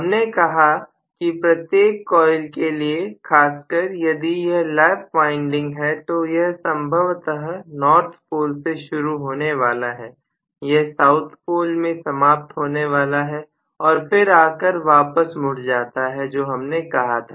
हमने कहा कि प्रत्येक कॉइल के लिए खासकर यदि यह लैप वाइंडिंग है तो यह संभवतः नॉर्थ पोल से शुरू होने वाला है यह साउथ पोल में समाप्त होने वाला है और फिर आकर वापस मुड़ जाता है जो हमने कहा था